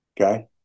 okay